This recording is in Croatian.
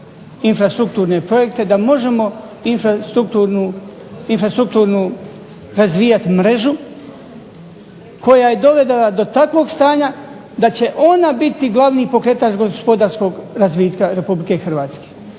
infrastrukturne projekte da možemo razvijati infrastrukturnu mrežu koja je dovedena do takvog stanja da će ona biti glavni pokretač gospodarskog razvitka RH. I pitanje